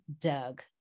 Doug